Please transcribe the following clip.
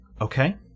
Okay